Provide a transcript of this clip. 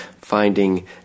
finding